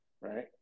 right